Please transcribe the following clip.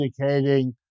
indicating